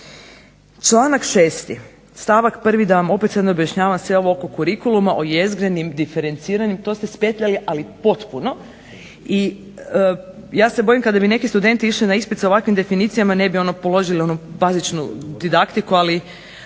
Članak 6. stavak 1. da vam opet sad ne objašnjavam sve ovo oko curiculluma o jezgrenim, diferenciranim, to ste spetljali, ali potpuno i ja se bojim kada bi neki studenti išli na ispit sa ovakvim definicijama ne bi ono položili onu bazičnu didaktiku, ali